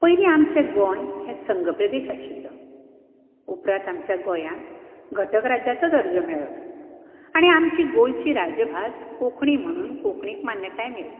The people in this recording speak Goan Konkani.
पयलीं आमचें गोंय हें संघप्रेदश आशिल्लो उपरात आमच्या गोंयाक घटक राज्याचो दर्जो मेळ्ळो आनी आमची गोंयची राज्यभास कोंकणी म्हणून कोंकणीक मान्यताय मेळ्ळी